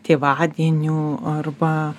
tėvadienių arba